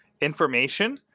information